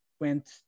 went